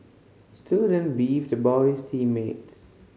student beefed about his team mates